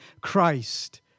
Christ